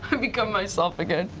um become myself again.